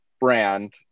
brand